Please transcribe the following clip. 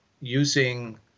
using